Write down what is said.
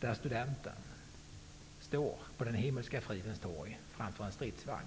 där studenten står på Himmelska fridens torg framför en stridsvagn.